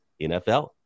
NFL